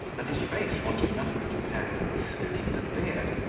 and his face wanted nothing but a pair of whiskers and a beard,